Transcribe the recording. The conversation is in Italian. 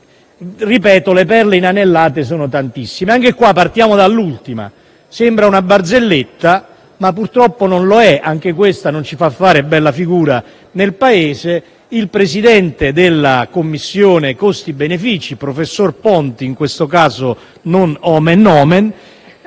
ripeto, le perle inanellate sono tantissime. Anche in questo caso, partiamo dall'ultima. Sembra una barzelletta, ma - purtroppo - non lo è. Anche questa non ci fa fare bella figura nel Paese. Il Presidente della commissione che ha redatto l'analisi costi-benefici, professor Ponti (in questo caso non *nomen omen*),